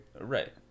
Right